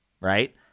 right